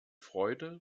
freude